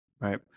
Right